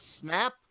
snap